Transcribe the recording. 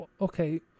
Okay